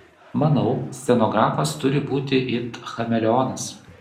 manau scenografas turi būti it chameleonas